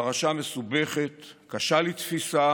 פרשה מסובכת, קשה לתפיסה